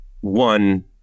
one